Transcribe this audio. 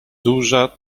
duża